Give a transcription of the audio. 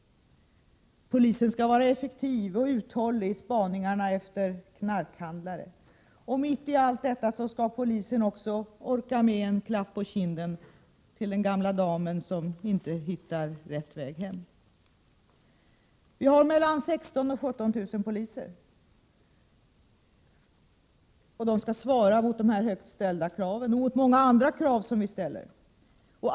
—- Polisen skall vara effektiv och uthållig i spaningarna efter knarkhandlare. — Mitt i allt detta skall polisen också orka med en klapp på kinden till den gamla damen som inte hittar rätt väg hem. Vi har mellan 16 000 och 17 000 poliser som skall svara mot dessa och andra, lika högt ställda krav.